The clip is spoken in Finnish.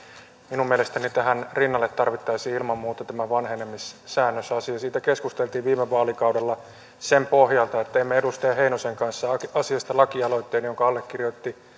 minun mielestäni tähän rinnalle tarvittaisiin ilman muuta tämä vanhenemissäännösasia siitä keskusteltiin viime vaalikaudella sen pohjalta että teimme edustaja heinosen kanssa asiasta lakialoitteen jonka allekirjoitti